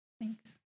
Thanks